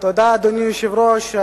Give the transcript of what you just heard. אדוני היושב-ראש,